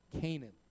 Canaan